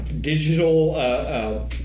digital